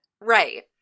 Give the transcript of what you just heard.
Right